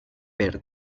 per